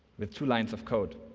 with two lines of code.